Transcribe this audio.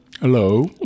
Hello